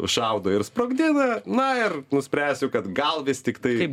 šaudo ir sprogdina na ir nuspręsiu kad gal vis tiktai